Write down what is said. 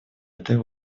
этой